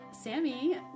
Sammy